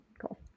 cool